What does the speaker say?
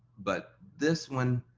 but this one,